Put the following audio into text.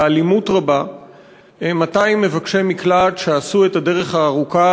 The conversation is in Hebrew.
באלימות רבה 200 מבקשי מקלט שעשו את הדרך הארוכה